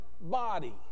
body